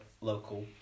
local